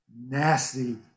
nasty